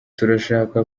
turashaka